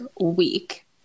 week